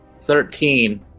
thirteen